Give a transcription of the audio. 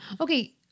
Okay